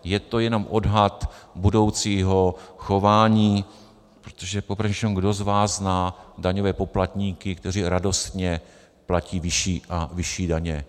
Je to jenom odhad budoucího chování, protože popravdě řečeno, kdo z vás zná daňové poplatníky, kteří radostně platí vyšší a vyšší daně?